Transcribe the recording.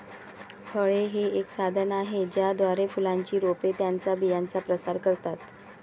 फळे हे एक साधन आहे ज्याद्वारे फुलांची रोपे त्यांच्या बियांचा प्रसार करतात